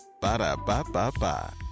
Ba-da-ba-ba-ba